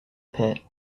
pit